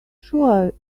sure